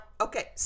okay